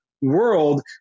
world